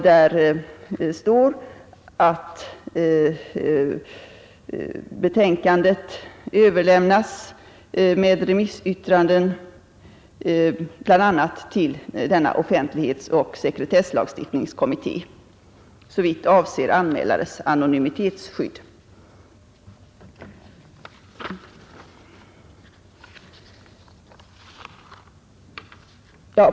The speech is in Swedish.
Där står att betänkandet överlämnas med remissyttranden till bl.a. denna offentlighetsoch sekretesslagstiftningskommitté såvitt avser anmälares anonymitetsskydd.